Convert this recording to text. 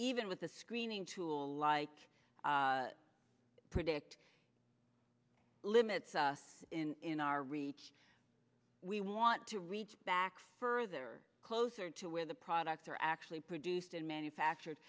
even with a screening tool like predict limits in our reach we want to reach back further closer to where the products are actually produced and manufactured